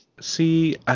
See